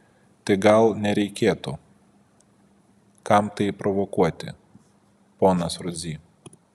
tai gal nereikėtų kam tai provokuoti ponas rudzy